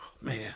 Man